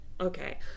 okay